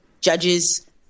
Judges